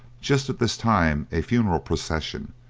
just at this time a funeral procession,